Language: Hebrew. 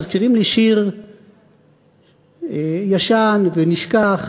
מזכירים לי שיר ישן ונשכח